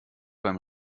beim